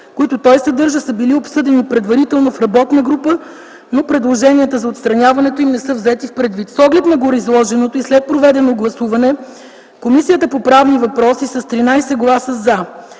които той съдържа, са били обсъдени предварително в работна група, но предложенията за отстраняването им не са били взети предвид. С оглед на гореизложеното и след проведеното гласуване Комисията по правни въпроси с 13 гласа „за”,